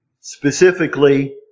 specifically